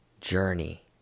journey